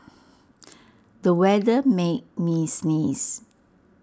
the weather made me sneeze